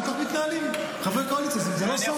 לא כך מתנהלים, חבר קואליציה, זה לא סוד.